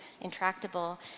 intractable